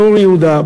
באור-יהודה.